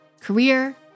Career